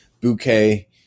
bouquet